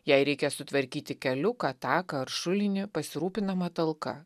jei reikia sutvarkyti keliuką taką ar šulinį pasirūpinama talka